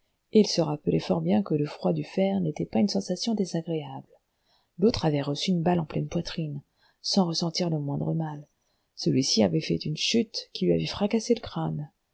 il se rappelait fort bien que le froid du fer n'était pas une sensation désagréable l'autre avait reçu une balle en pleine poitrine sans ressentir le moindre mal celui-ci avait fait une chute qui lui avait fracassé le crâne